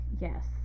Yes